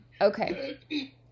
okay